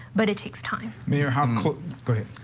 but it takes time near homs so great.